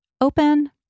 open